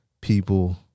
people